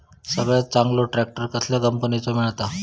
सगळ्यात चांगलो ट्रॅक्टर कसल्या कंपनीचो मिळता?